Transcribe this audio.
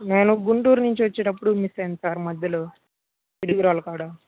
నేను గుంటూరు నుంచి వచ్చేటప్పుడు మిస్ అయ్యింది సార్ మధ్యలో పిడుగురాళ్ళ కాడా